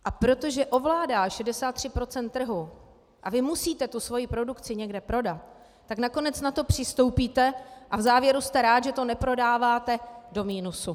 A protože ovládá 63 % trhu a vy musíte tu svoji produkci někde prodat, tak nakonec na to přistoupíte a v závěru jste rád, že to neprodáváte do minusu.